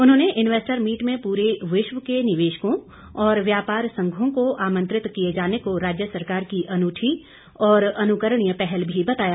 उन्होंने investor meet में पूरे विश्व के निवेशकों और व्यापार संघों को आमंत्रित किए जाने को राज्य सरकार की अनूठी और अनुकरणीय पहल भी बताया